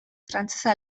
frantsesa